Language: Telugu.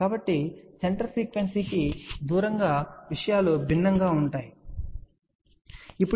కాబట్టి సెంటర్ ఫ్రీక్వెన్సీకి దూరంగా విషయాలు భిన్నంగా ఉంటాయి సరే